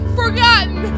forgotten